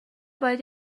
باید